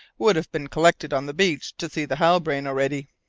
would have been collected on the beach to see the halbrane already.